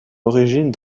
origine